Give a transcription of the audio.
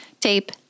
tape